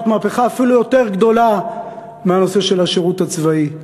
מהפכה אפילו יותר גדולה מהנושא של השירות הצבאי.